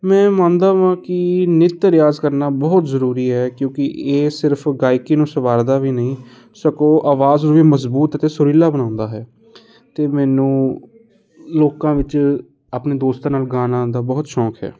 ਮੈਂ ਮੰਨਦਾ ਹਾਂ ਕੀ ਨਿੱਤ ਰਿਆਜ਼ ਕਰਨਾ ਬਹੁਤ ਜ਼ਰੂਰੀ ਹੈ ਕਿਉਂਕਿ ਇਹ ਸਿਰਫ਼ ਗਾਇਕੀ ਨੂੰ ਸਵਾਰਦਾ ਵੀ ਨਹੀਂ ਸਗੋਂ ਆਵਾਜ਼ ਨੂੰ ਵੀ ਮਜ਼ਬੂਤ ਅਤੇ ਸੁਰੀਲਾ ਬਣਾਉਂਦਾ ਹੈ ਅਤੇ ਮੈਨੂੰ ਲੋਕਾਂ ਵਿੱਚ ਆਪਣੇ ਦੋਸਤਾਂ ਨਾਲ ਗਾਣਾ ਦਾ ਬਹੁਤ ਸ਼ੌਂਕ ਹੈ